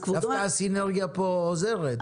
דווקא הסינרגיה פה עוזרת.